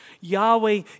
Yahweh